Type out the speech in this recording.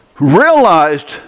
realized